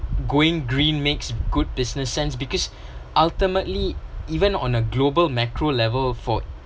going green makes good business sense because ultimately even on a global macro level for